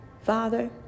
father